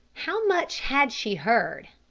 how much had she heard?